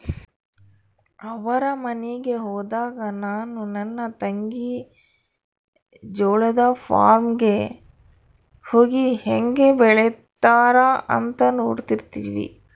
ಅವರ ಮನೆಗೆ ಹೋದಾಗ ನಾನು ನನ್ನ ತಂಗಿ ಜೋಳದ ಫಾರ್ಮ್ ಗೆ ಹೋಗಿ ಹೇಂಗೆ ಬೆಳೆತ್ತಾರ ಅಂತ ನೋಡ್ತಿರ್ತಿವಿ